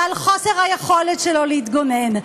ועל חוסר היכולת שלו להתגונן.